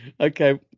okay